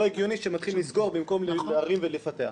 הגיוני שמתחילים לסגור במקום להרים ולפתח.